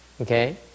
okay